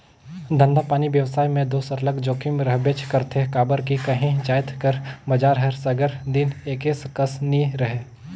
धंधापानी बेवसाय में दो सरलग जोखिम रहबेच करथे काबर कि काही जाएत कर बजार हर सगर दिन एके कस नी रहें